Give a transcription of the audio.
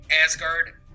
Asgard